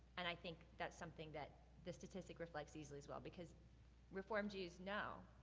and i think that's something that the statistic reflects easily as well. because reformed jews now,